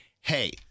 hey